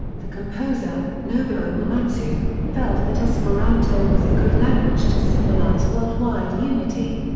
the composer, nobuo uematsu, felt that esperanto was a good language to symbolize worldwide unity.